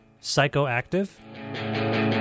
Psychoactive